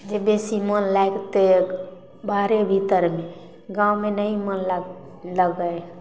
जे बेसी मोन लागतै बाहरे भीतरमे गाँवमे नहि मन लाग लगै